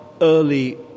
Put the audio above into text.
early